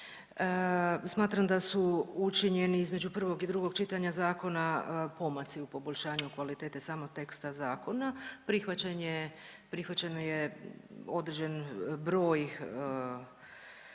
smatram da su učinjeni između prvog i drugog čitanja zakona pomaci u poboljšanju kvalitete samog teksta zakona. Prihvaćen je, prihvaćeno